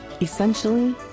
Essentially